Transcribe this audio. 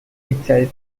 itself